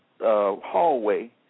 hallway